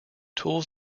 tools